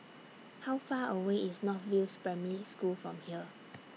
How Far away IS North View Primary School from here